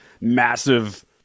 massive